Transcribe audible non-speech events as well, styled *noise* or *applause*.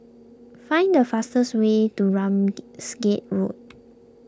find the fastest way to Ramsgate Road *noise*